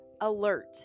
alert